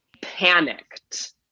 panicked